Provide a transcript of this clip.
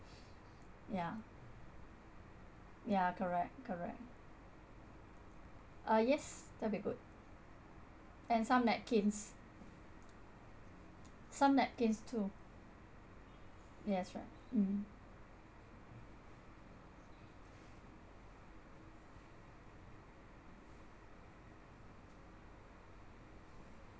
yeah yeah correct correct uh yes that'd be good and some napkins some napkins too yes right mm